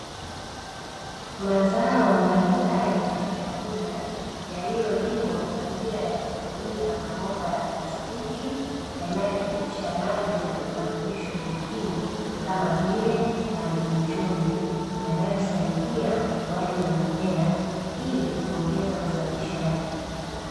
Mazao mbali mbali ya chakula yaliyolimwa kwa njia ya kutumia mabomba ya plastiki, yanayopitisha maji ya virutubisho muhimu kama vile madini chumvi, yanayosaidia ukuaji wa mimea ili kuongeza uzalishaji.